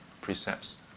precepts